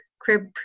Crib